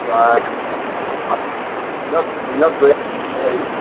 দিনত গৈ আহিব পাৰিম